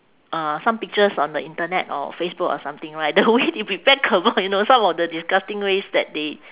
uh some pictures on the internet or facebook or something right the way they prepare kebab you know some of the disgusting ways that they